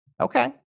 Okay